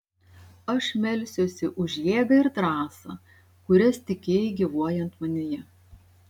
aš melsiuosi už jėgą ir drąsą kurias tikėjai gyvuojant manyje